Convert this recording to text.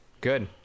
Good